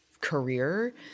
career